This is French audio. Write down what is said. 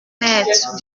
mètre